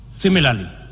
Similarly